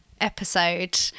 episode